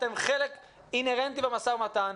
אתם חלק אינהרנטי במשא מתן.